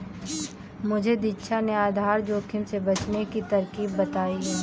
मुझे दीक्षा ने आधार जोखिम से बचने की तरकीब बताई है